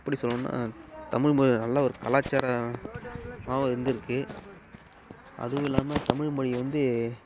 எப்படி சொல்லணும்னா தமிழ்மொழி நல்ல ஒரு கலாச்சாரமாவும் இருந்திருக்கு அதுவும் இல்லாமல் தமிழ்மொழி வந்து